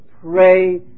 pray